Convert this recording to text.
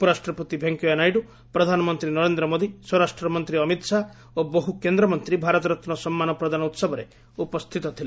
ଉପରାଷ୍ଟ୍ରପତି ଭେଙ୍କୟା ନାଇଡୁ ପ୍ରଧାନମନ୍ତ୍ରୀ ନରେନ୍ଦ୍ର ମୋଦୀ ସ୍ୱରାଷ୍ଟ୍ରମନ୍ତ୍ରୀ ଅମିତ ଶାହା ଓ ବହୁ କେନ୍ଦ୍ରମନ୍ତ୍ରୀ ଭାରତରତ୍ନ ସମ୍ମାନ ପ୍ରଦାନ ଉହବରେ ଉପସ୍ଥିତ ଥିଲେ